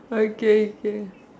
okay okay